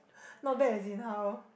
not bad as in how